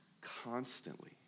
constantly